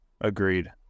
Agreed